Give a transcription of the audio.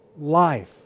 life